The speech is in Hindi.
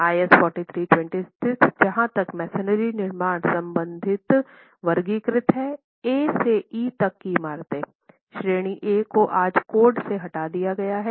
IS 4326 जहां तक मैसनरी निर्माण संबंधित वर्गीकृत हैं A से E तक की इमारतें श्रेणी A को आज कोड से हटा दिया गया है